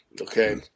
Okay